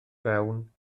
fewn